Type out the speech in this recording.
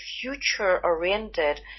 future-oriented